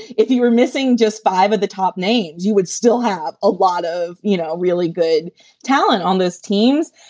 if you were missing just five of the top names, you would still have a lot of you know really good talent on those teams.